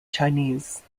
chinese